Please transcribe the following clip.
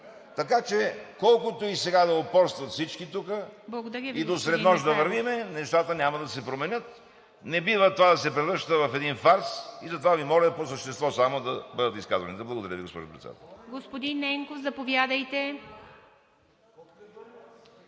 Така че, колкото и сега да упорстват всички тук, и до среднощ да вървим, нещата няма да се променят. Не бива това да се превръща в един фарс и затова Ви моля по същество само да бъдат изказванията. Благодаря Ви, госпожо Председател.